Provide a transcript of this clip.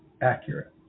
accurate